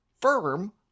firm